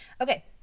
Okay